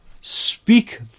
speak